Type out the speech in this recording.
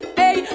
hey